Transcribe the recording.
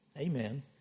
Amen